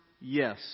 yes